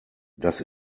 das